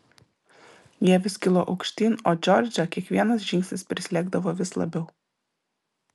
jie vis kilo aukštyn o džordžą kiekvienas žingsnis prislėgdavo vis labiau